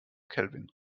kelvin